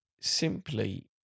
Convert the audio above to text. simply